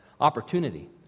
opportunity